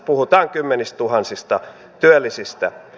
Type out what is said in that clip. puhutaan kymmenistätuhansista työllisistä